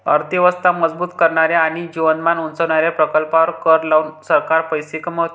अर्थ व्यवस्था मजबूत करणाऱ्या आणि जीवनमान उंचावणाऱ्या प्रकल्पांवर कर लावून सरकार पैसे कमवते